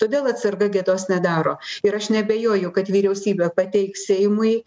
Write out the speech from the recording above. todėl atsarga gėdos nedaro ir aš neabejoju kad vyriausybė pateiks seimui